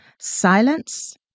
silence